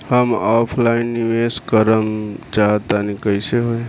हम ऑफलाइन निवेस करलऽ चाह तनि कइसे होई?